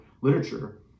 literature